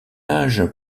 âge